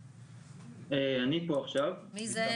אני פה עכשיו, הייתה